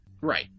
Right